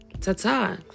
ta-ta